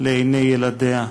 לעיני ילדיה.